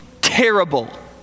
terrible